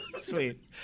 Sweet